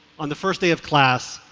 on the first day of class,